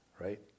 right